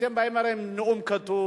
אתם באים הרי עם נאום כתוב,